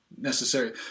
necessary